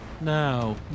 Now